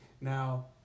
Now